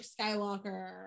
Skywalker